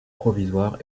provisoire